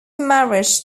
marriage